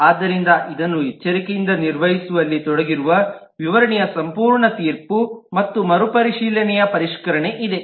ಆದ್ದರಿಂದ ಇದನ್ನು ಎಚ್ಚರಿಕೆಯಿಂದ ನಿರ್ವಹಿಸುವಲ್ಲಿ ತೊಡಗಿರುವ ವಿವರಣೆಯ ಸಂಪೂರ್ಣ ತೀರ್ಪು ಮತ್ತು ಮರುಪರಿಶೀಲನೆಯ ಪರಿಷ್ಕರಣೆ ಇದೆ